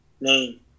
name